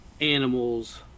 animals